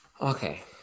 Okay